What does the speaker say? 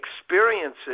experiences